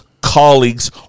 colleagues